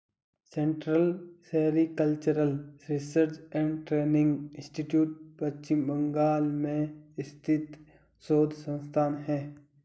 central sericultural research and training institute Paschim Bangal में स्थित शोध संस्थान है